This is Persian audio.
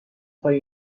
پای